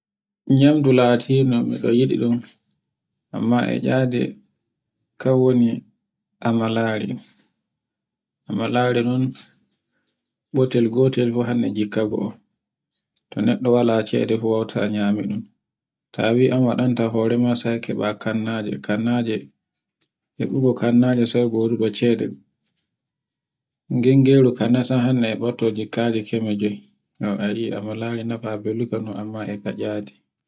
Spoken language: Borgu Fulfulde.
Nyamdu latindu miɗo yiɗi ɗum amma e tcade kan woni alamare. Amalare non, ɓotel gotel fu hande jika go'o. to neɗɗo wala cede fu wawta nyameɗum. Ta wi an waɗanta horema sai ta keɓa kannaje, kannaje heɓugo kannaje sai ngoduɗo cede, gingori kannata hanne e botto jikkaji kaje jowi. o a yi amalaje nefare belluka amma eka tcadi.